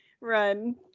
run